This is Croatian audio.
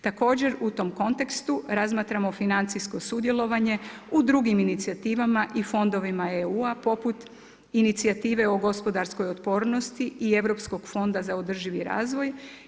Također u tom kontekstu razmatramo financijsko sudjelovanje u drugim inicijativama i fondovima EU-a poput inicijative o gospodarskoj otpornosti i Europskog fonda za održivi razvoj.